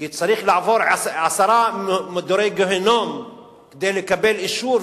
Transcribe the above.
כי צריך לעבור עשרה מדורי גיהינום כדי לקבל אישור,